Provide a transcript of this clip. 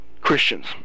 Christians